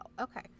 Okay